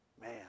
Man